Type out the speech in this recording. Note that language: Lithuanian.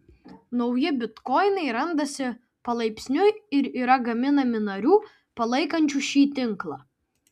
nauji bitkoinai randasi palaipsniui ir yra gaminami narių palaikančių šį tinklą